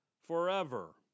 forever